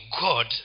God